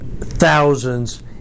thousands